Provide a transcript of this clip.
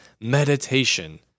meditation